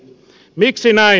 miksi näin